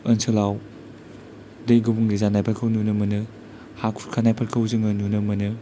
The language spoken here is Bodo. ओनसोलाव दै गुबुंले जानायफोरखौ नुनो मोनो हा खुरखानायफोरखौ जोङो नुनो मोनो